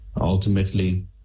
Ultimately